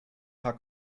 paar